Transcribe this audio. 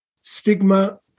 stigma